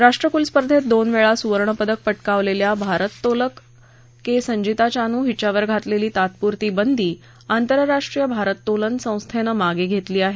राष्ट्रक्ल स्पर्धेत दोन वेळा सुवर्णपदक पटकावलेल्या भारत्तोलक के संजीता चानू हिच्यावर घातलेली तात्पुरती बंदी आंतरराष्ट्रीय भारत्तोलन संस्थेनं मागे घेतली आहे